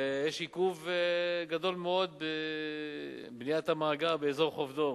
ויש עיכוב גדול מאוד בבניית המאגר באזור חוף דור.